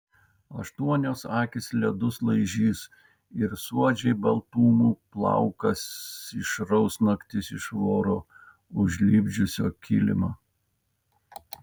aštuonios akys ledus laižys ir suodžiai baltumų plaukas išraus naktis iš voro užlipdžiusio kilimą